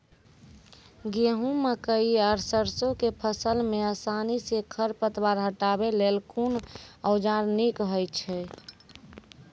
गेहूँ, मकई आर सरसो के फसल मे आसानी सॅ खर पतवार हटावै लेल कून औजार नीक है छै?